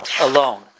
alone